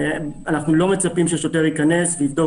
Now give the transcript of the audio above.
אנחנו לא מצפים ששוטר ייכנס ויבדוק